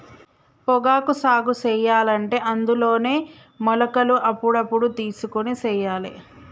పొగాకు సాగు సెయ్యలంటే అందులోనే మొలకలు అప్పుడప్పుడు తెలుసుకొని సెయ్యాలే